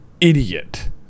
idiot